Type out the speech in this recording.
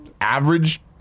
average